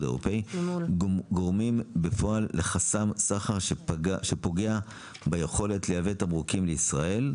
האירופי גורמים בפועל לחסם סחר שפוגע ביכולת לייבא תמרוקים לישראל,